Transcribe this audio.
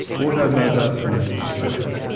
auto motor und sport.